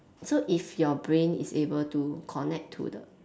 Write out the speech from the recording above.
so if your brain is able to connect to the